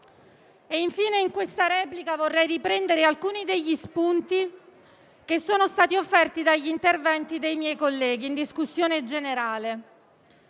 riprendere in questa replica alcuni degli spunti che sono stati offerti dagli interventi dei miei colleghi in discussione generale.